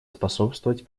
способствовать